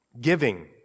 giving